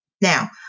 Now